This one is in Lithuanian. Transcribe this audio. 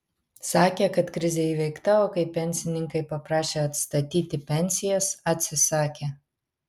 sakė kad krizė įveikta o kai pensininkai paprašė atstatyti pensijas atsisakė